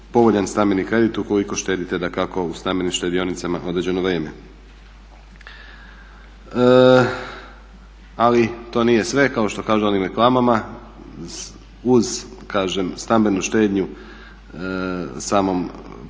povoljan stambeni kredit ukoliko štedite dakako u stambenim štedionicama određeno vrijeme. Ali to nije sve, kao što kažu u onim reklamama, uz kažem stambenu štednju samom pravu